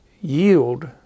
yield